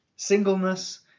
Singleness